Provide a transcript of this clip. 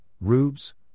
rubes